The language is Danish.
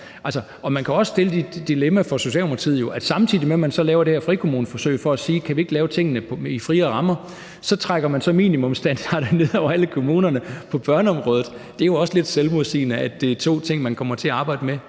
år? Man kan også sige, at der er det dilemma for Socialdemokratiet, at samtidig med at man laver det her frikommuneforsøg for at se på, om vi ikke kan lave tingene inden for nogle friere rammer, så trækker man minimumsstandarder ned over alle kommunerne på børneområdet. Det er jo også lidt selvmodsigende, at det er de to ting, man kommer til at arbejde med